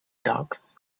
dogs